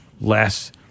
less